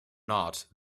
not